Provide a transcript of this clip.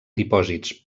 dipòsits